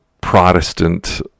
Protestant